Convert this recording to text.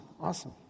awesome